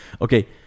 Okay